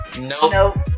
Nope